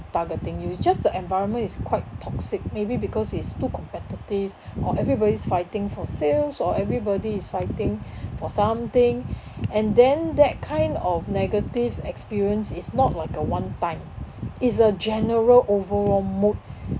targeting you just the environment is quite toxic maybe because it's too competitive or everybody's fighting for sales or everybody is fighting for something and then that kind of negative experience is not like a one time is a general overall mood